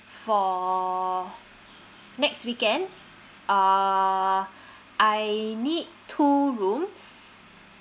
for next weekend uh I need two rooms